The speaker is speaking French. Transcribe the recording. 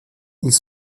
ils